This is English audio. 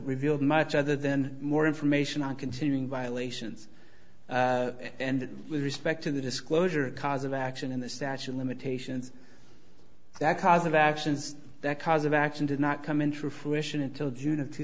revealed much other than more information on continuing violations and with respect to the disclosure cause of action in the statue of limitations that cause of actions that cause of action did not come into fruition until june of two